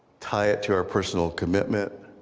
tie it to our personal commitment,